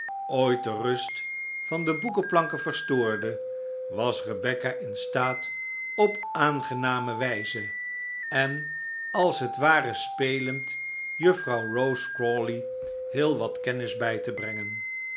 ooit de rust van de boekenplanken verstoorde was rebecca in staat op aangename wijze en als het ware spelend juffrouw rose crawley heel wat kennis bij te brengen